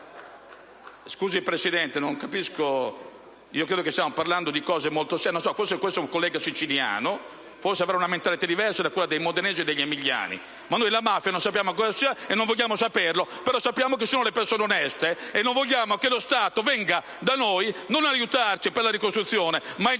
signor Presidente, non capisco... Credo che stiamo parlando di cose molto serie, forse è stato un collega siciliano, che avrà una mentalità diversa da quella dei modenesi e degli emiliani. Noi la mafia non sappiamo cosa sia e non vogliamo saperlo, però sappiamo che ci sono le persone oneste e non vogliamo che lo Stato venga da noi non ad aiutarci per la ricostruzione, ma ad intralciare